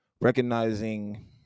recognizing